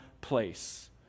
place